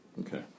Okay